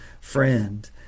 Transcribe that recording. friend